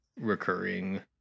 recurring